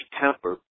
temper